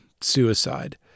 suicide